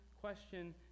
question